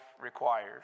requires